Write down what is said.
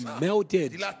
melted